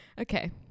Okay